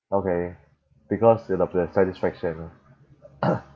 okay because satisfaction ah